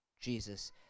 Jesus